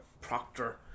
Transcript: proctor